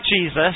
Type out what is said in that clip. Jesus